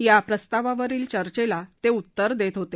या प्रस्तावावरील चर्चेला ते उत्तर देत होते